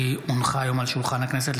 כי הונחה היום על שולחן הכנסת,